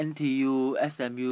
T_U S_M_U